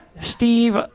Steve